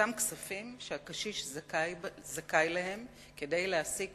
אותם כספים שהקשיש זכאי להם כדי להעסיק